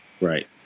Right